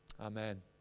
Amen